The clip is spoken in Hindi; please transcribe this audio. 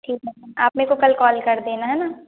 ठीक है मैम आप मेरे को कल कॉल कर देना है ना